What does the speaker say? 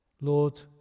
Lord